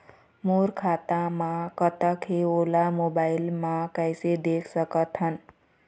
मोर खाता म कतेक हे ओला मोबाइल म कइसे देख सकत हन?